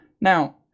Now